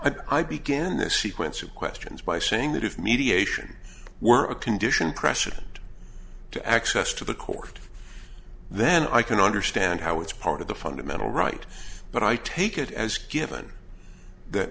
stupid i begin the sequence of questions by saying that if mediation were a condition precedent to access to the court then i can understand how it's part of the fundamental right but i take it as given th